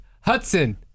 Hudson